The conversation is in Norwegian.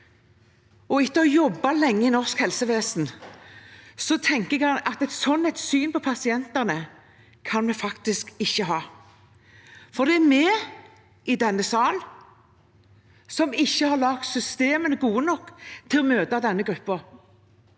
Etter å ha jobbet lenge i norsk helsevesen tenker jeg at et sånt syn på pasientene kan vi faktisk ikke ha. Det er vi i denne sal som ikke har laget systemene gode nok til å møte denne gruppen.